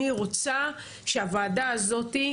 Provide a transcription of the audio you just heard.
אני רוצה שהוועדה הזאתי,